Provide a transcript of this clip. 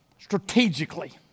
strategically